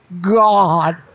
God